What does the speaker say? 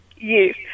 Yes